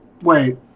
wait